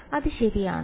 അത് ശരിയാണോ